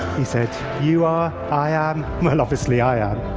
he said, you are, i ah um obviously i ah